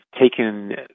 taken